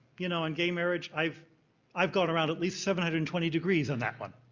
you know, in gay marriage, i've i've gone around at least seven hundred and twenty degrees on that one,